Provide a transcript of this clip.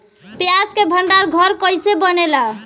प्याज के भंडार घर कईसे बनेला?